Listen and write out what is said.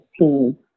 team